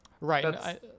right